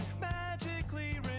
magically